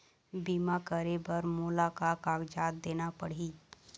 बीमा करे बर मोला का कागजात देना पड़ही?